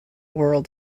world